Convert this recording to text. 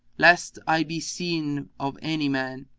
lest i be seen of any man,